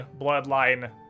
bloodline